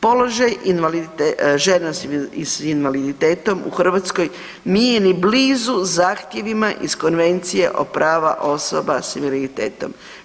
Položaj žena s invaliditetom u Hrvatskoj nije ni blizu zahtjevima iz Konvencije o pravima osoba s invaliditetom.